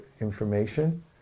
information